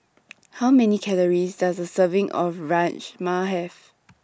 How Many Calories Does A Serving of Rajma Have